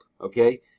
okay